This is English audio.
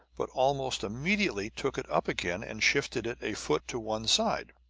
but almost immediately took it up again and shifted it a foot to one side.